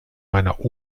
meiner